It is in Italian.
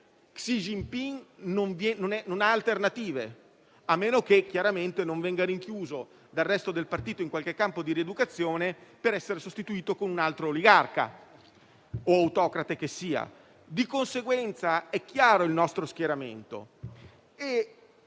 Xi Jinping non ha alternative, a meno che chiaramente non venga rinchiuso dal resto del partito in qualche campo di rieducazione per essere sostituito con un altro oligarca o autocrate che sia. Di conseguenza, è chiaro il nostro schieramento.